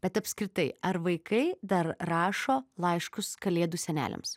bet apskritai ar vaikai dar rašo laiškus kalėdų seneliams